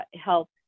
help